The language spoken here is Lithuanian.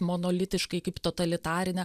monolitiškai kaip totalitarinę